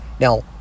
Now